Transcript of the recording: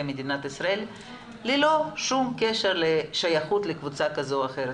מדינת ישראל ללא שום קשר לשייכות לקבוצה כזו או אחרת,